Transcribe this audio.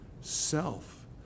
self